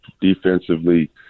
Defensively